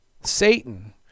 Satan